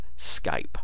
Skype